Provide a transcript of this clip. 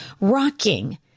rocking